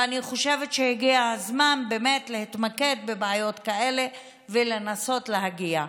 ואני חושבת שהגיע הזמן להתמקד בבעיות כאלה ולנסות להגיע.